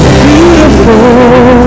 beautiful